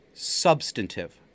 substantive